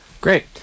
Great